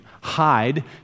hide